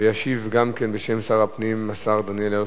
וישיב גם כן, בשם שר הפנים, השר דניאל הרשקוביץ.